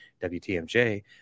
WTMJ